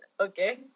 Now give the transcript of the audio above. okay